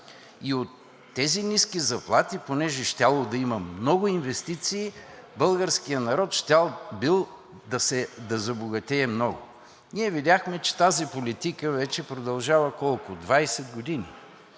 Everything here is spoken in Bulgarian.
И от тези ниски заплати, понеже щяло да има много инвестиции, българският народ щял да забогатее много. Ние видяхме, че тази политика продължава вече – колко, 20 години.